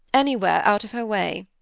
anywhere out of her way.